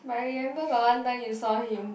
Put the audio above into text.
but I remember got one time you saw him